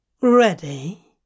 Ready